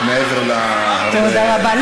את מעבר, תודה רבה.